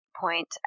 point